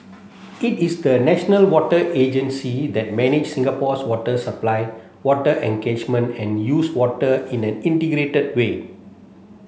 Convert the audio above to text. it is the national water agency that manage Singapore's water supply water and catchment and used water in an integrated way